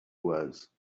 was